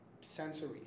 sensory